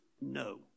no